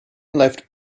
left